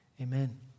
amen